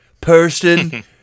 person